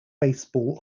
baseball